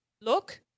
look